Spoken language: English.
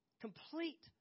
Complete